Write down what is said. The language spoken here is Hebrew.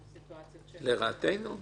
לרעתנו?